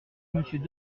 monsieur